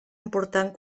important